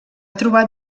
trobat